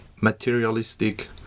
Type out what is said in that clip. Materialistic